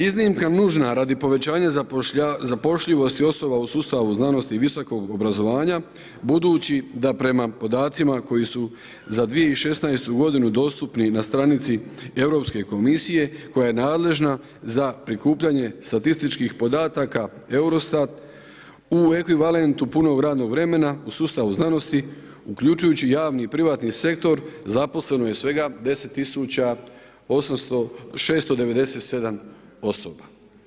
Iznimka nužna radi povećanja zapošljivosti osoba u sustavu znanosti i visokog obrazovanja budući da prema podacima koji su za 2016. godinu dostupni na stranici Europske komisije koja je nadležna za prikupljanje statističkih podataka EUROSTAT u ekvivalentu punog radnog vremena u sustavu znanosti uključujući javni i privatni sektor zaposleno je svega 10.697 osoba.